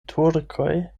turkoj